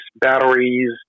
batteries